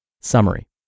Summary